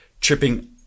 tripping